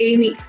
Amy